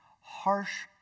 harsh